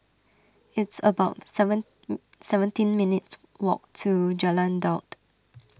it's about seven seventeen minutes' walk to Jalan Daud